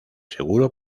seguro